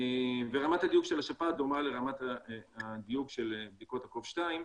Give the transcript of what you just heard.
ורמת הדיוק של השפעת דומה לרמת הדיוק של בדיקות ה-קוב-2,